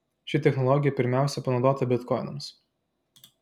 ši technologija pirmiausia panaudota bitkoinams